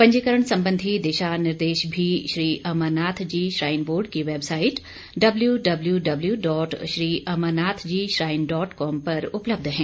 पंजीकरण संबंधी दिशा निर्देश भी श्री अमरनाथ जी श्राइन बोर्ड की website W W W dot Shri Amarnathji shrine dot com पर उपलब्ध हैं